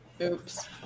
Oops